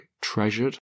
treasured